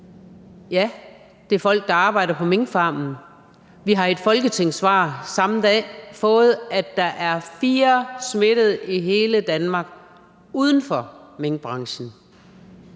Ja, det er folk, der arbejder på minkfarmene. Vi har i et folketingssvar samme dag fået at vide, at der er fire smittede i hele Danmark uden for minkbranchen.